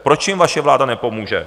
Proč jim vaše vláda nepomůže?